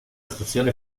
stazione